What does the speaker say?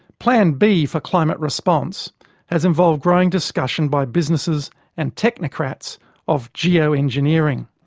plan b for climate response has involved growing discussion by businesses and technocrats of geoengineering.